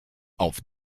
auf